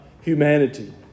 humanity